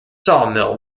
sawmill